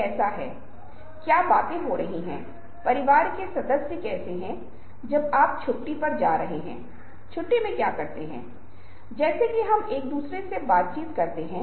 जैसा कि मैंने आपको कुछ समय पहले इंट्रोडक्शन में बताया था हम विसुअल कल्चर के कुछ तत्वों को देख रहे होंगे